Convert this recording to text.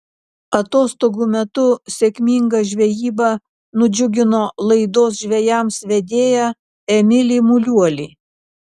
atostogų metu sėkminga žvejyba nudžiugino laidos žvejams vedėją emilį muliuolį